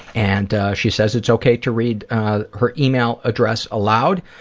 and she says it's okay to read her email address aloud.